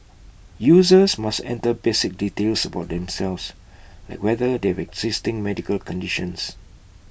users must enter basic details about themselves like whether they have existing medical conditions